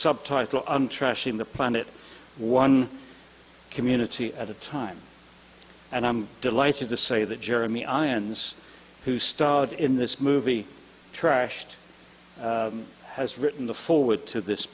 subtitle on trashing the planet one community at a time and i'm delighted to say that jeremy irons who starred in this movie trashed has written the forward to this